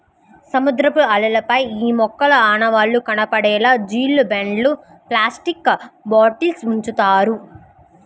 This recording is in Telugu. సముద్రపు అలలపై ఈ మొక్కల ఆనవాళ్లు కనపడేలా జీలుగు బెండ్లు, ప్లాస్టిక్ బాటిల్స్ ఉంచుతారు